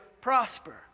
prosper